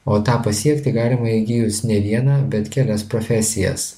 o tą pasiekti galima įgijus ne vieną bet kelias profesijas